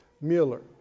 Mueller